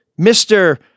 Mr